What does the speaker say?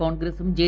കോൺഗ്രസും ജെ